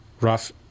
rough